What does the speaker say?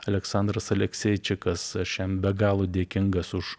aleksandras alekseičikas aš jam be galo dėkingas už